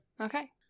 Okay